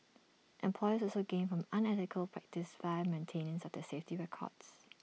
employers also gain from unethical practice via maintenance of their safety records